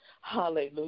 Hallelujah